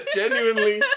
genuinely